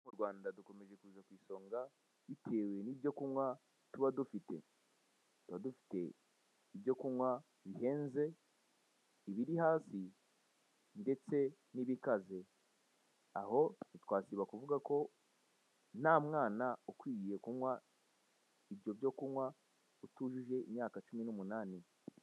Mu Rwanda dukomeje kuza kw'isonga bitewe nibyo kunywa tuba dufite. Tuba dufite ibyo kunywa bihenze, ibiri hasi ndetse n'ibikaze. Aho ntitwasiba kuvuga ko; nta mwana ukwiye kunywa ibyo byo kunywa utujuje imyaka cumi n'umunani.